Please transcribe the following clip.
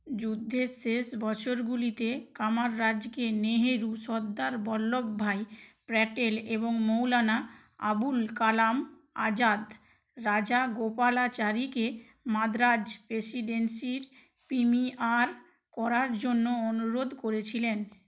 যুদ্ধের শেষ বছরগুলিতে কামারাজকে নেহেরু সর্দার বল্লভভাই প্যাটেল এবং মৌলানা আবুল কালাম আজাদ রাজাগোপালাচারীকে মাদ্রাজ প্রেসিডেন্সির প্রিমিয়ার করার জন্য অনুরোধ করেছিলেন